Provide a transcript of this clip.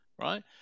right